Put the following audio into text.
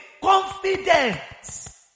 Confidence